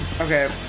Okay